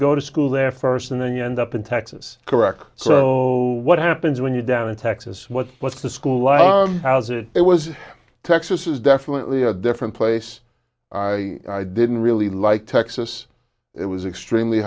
go to school there first and then you end up in texas correct so what happens when you're down in texas what flips the school house it was texas is definitely a different place i didn't really like texas it was extremely